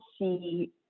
see